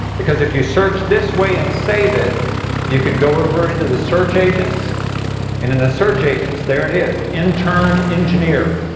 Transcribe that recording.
because if you search this way and save it you can go over into the search agents, and in the search agents there it is, intern engineer.